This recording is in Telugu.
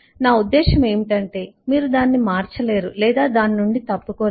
నా ఉద్దేశ్యం ఏమిటంటే మీరు దానిని మార్చలేరు లేదా దాని నుండి తప్పుకోలేరు